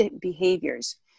behaviors